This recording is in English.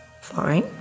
fine